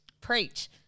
Preach